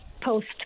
post